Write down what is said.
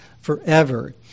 forever